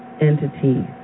entities